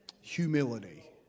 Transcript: Humility